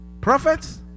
Prophets